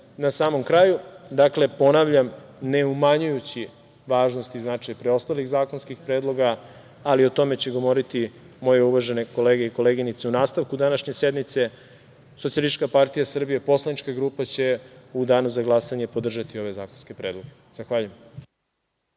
samom kraju, ponavljam, ne umanjujući važnost i značaj preostalih zakonskih predloga, ali o tome će govoriti moje uvažene kolege i koleginice u nastavku današnje sednice, Socijalistička partija Srbije će u danu za glasanje podržati ove zakonske predloge. Zahvaljujem.